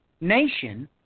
nation